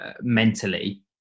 mentally